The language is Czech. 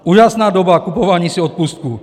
Úžasná doba kupování si odpustků.